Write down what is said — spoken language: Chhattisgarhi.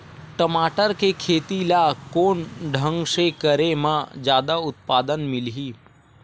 टमाटर के खेती ला कोन ढंग से करे म जादा उत्पादन मिलही?